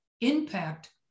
impact